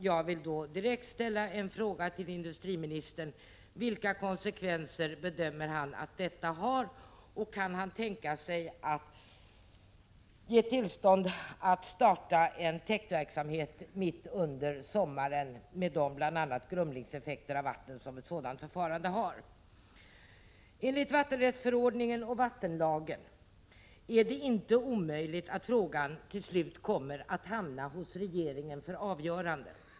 Jag vill därför direkt ställa en fråga till industriministern: Vilka konsekvenser bedömer industriministern att detta har, och kan han tänka sig att ge tillstånd att starta en täktverksamhet mitt under sommaren, med de effekter, bl.a. grumling av vattnet, som ett sådant förfarande har? Enligt vattenrättsförordningen och vattenlagen är det inte omöjligt att frågan till slut kommer att hamna hos regeringen för avgörande.